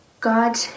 God